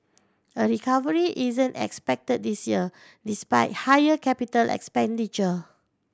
a recovery isn't expected this year despite higher capital expenditure